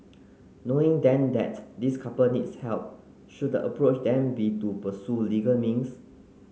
knowing then that this couple needs help should the approach then be to pursue legal means